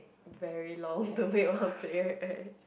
very long to make one period right